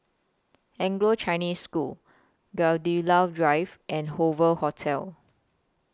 Anglo Chinese School Gladiola Drive and Hoover Hotel